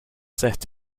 set